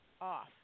off